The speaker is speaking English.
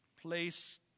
place